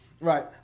Right